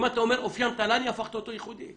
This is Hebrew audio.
אם אתה אומר אופיים תל"ני, הפכת אותו יחודי.